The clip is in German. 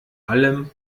allem